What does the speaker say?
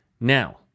Now